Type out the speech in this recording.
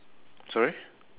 sorry